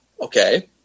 Okay